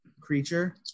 creature